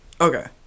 Okay